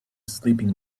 sleeping